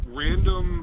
random